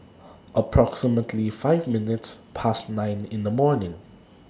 approximately five minutes Past nine in The morning